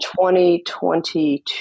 2022